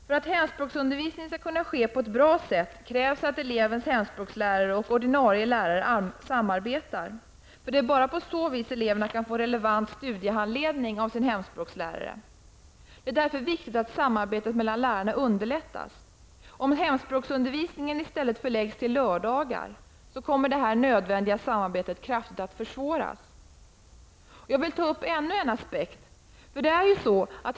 För att hemspråksundervisning skall kunna ske på ett bra sätt krävs det att elevens hemspråkslärare och ordinarie lärare samarbetar. Det är bara på så vis eleverna kan få en relevant studiehandledning av sin hemspråkslärare. Det är därför viktigt att samarbetet mellan lärarna underlättas. Om hemspråksundervisningen i stället förläggs till lördagar kommer detta nödvändiga samarbete att försvåras. Jag vill ta upp en annan aspekt till behandling.